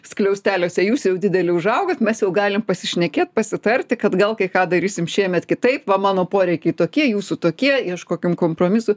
skliausteliuose jūs jau dideli užaugot mes jau galim pasišnekėt pasitarti kad gal kai ką darysim šiemet kitaip va mano poreikiai tokie jūsų tokie ieškokim kompromisų